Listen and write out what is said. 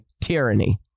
tyranny